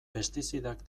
pestizidak